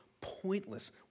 pointless